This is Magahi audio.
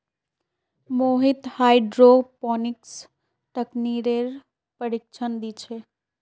मोहित हाईड्रोपोनिक्स तकनीकेर प्रशिक्षण दी छे